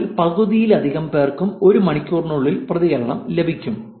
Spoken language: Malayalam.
അവരിൽ പകുതിയിലധികം പേർക്കും ഒരു മണിക്കൂറിനുള്ളിൽ പ്രതികരണം ലഭിക്കും